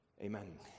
Amen